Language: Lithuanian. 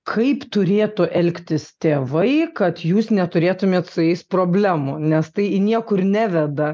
kaip turėtų elgtis tėvai kad jūs neturėtumėt su jais problemų nes tai į niekur neveda